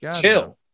Chill